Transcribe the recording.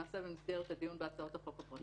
נעשה במסגרת הדיון בהצעות החוק הפרטיות.